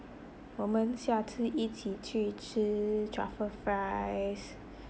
我们下次一起去吃 truffle fries